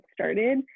started